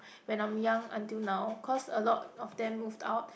when I'm young until now cause a lot of them moved out